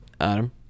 Adam